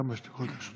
חמש דקות לרשותך.